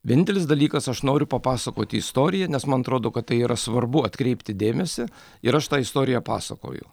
vienintelis dalykas aš noriu papasakoti istoriją nes man atrodo kad tai yra svarbu atkreipti dėmesį ir aš tą istoriją pasakoju